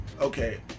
Okay